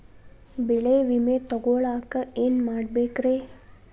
ಬೆಳೆ ವಿಮೆ ತಗೊಳಾಕ ಏನ್ ಮಾಡಬೇಕ್ರೇ?